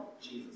Jesus